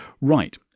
Right